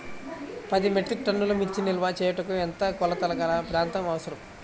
పది మెట్రిక్ టన్నుల మిర్చి నిల్వ చేయుటకు ఎంత కోలతగల ప్రాంతం అవసరం?